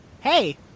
Hey